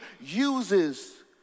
uses